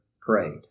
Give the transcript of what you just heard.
prayed